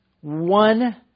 one